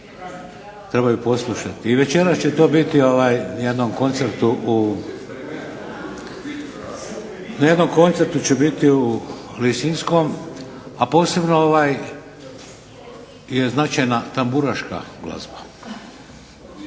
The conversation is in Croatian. Treba ju poslušati. I večeras će to biti jedan koncert, na jednom koncertu će biti u Lisinskom, a posebno je značajna tamburaška glazba.